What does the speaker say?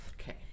Okay